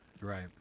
Right